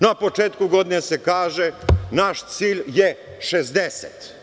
Na početku godine se kaže – naš cilj je 60.